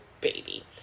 baby